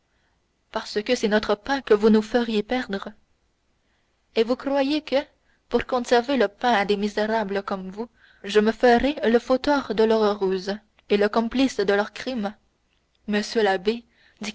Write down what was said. parce que c'est notre pain que vous nous feriez perdre et vous croyez que pour conserver le pain à des misérables comme vous je me ferai le fauteur de leur ruse le complice de leurs crimes monsieur l'abbé